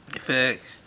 Facts